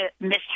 Miss